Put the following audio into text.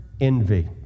envy